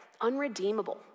unredeemable